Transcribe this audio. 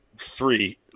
three